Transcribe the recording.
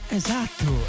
esatto